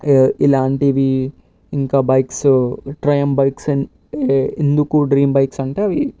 ఇలాంటివి ఇంకా బైక్స్ ట్రయాయం బైక్స్యే ఎందుకు డ్రీమ్ బైక్స్ అంటే అవి